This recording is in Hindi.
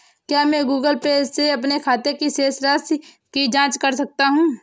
क्या मैं गूगल पे से अपने खाते की शेष राशि की जाँच कर सकता हूँ?